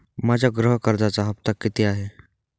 माझ्या गृह कर्जाचा हफ्ता किती आहे?